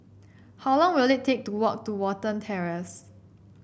how long will it take to walk to Watten Terrace